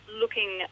looking